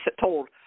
told